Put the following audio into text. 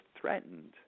threatened